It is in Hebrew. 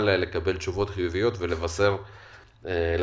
לקבל תשובות חיוביות כדי לבשר לחיילים.